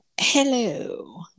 Hello